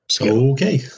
Okay